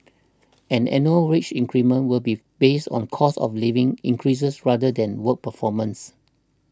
and annual wage increments will be based on cost of living increases rather than work performance